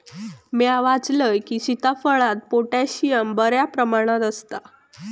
म्या वाचलंय की, सीताफळात पोटॅशियम बऱ्या प्रमाणात आसता